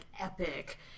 epic